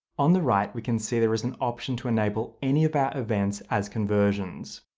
on the right, we can see there is an option to enable any of our events as conversions.